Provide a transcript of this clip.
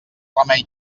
remei